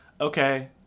okay